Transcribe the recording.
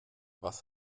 was